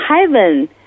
heaven